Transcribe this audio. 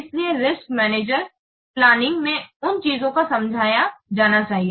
इसलिए risk manager planning में उन चीजों को समझाया जाना चाहिए